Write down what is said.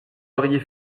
auriez